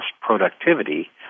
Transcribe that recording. productivity